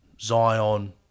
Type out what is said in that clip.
Zion